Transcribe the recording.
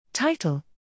Title